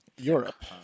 Europe